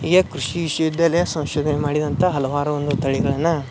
ಈಗ ಕೃಷಿ ವಿಶ್ವ ವಿದ್ಯಾಲಯ ಸಂಶೋಧನೆ ಮಾಡಿದಂಥ ಹಲವಾರು ಒಂದು ತಳಿಗಳನ್ನು